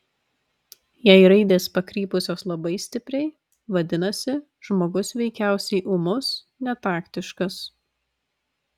jei raidės pakrypusios labai stipriai vadinasi žmogus veikiausiai ūmus netaktiškas